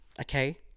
Okay